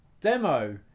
demo